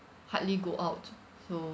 hardly go out so